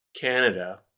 Canada